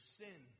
sin